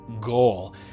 goal